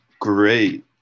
great